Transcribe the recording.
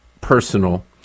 personal